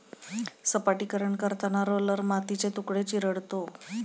सपाटीकरण करताना रोलर मातीचे तुकडे चिरडतो